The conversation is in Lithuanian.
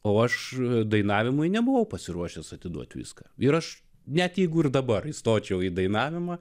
o aš dainavimui nebuvau pasiruošęs atiduoti viską ir aš net jeigu ir dabar įstočiau į dainavimą